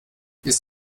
ist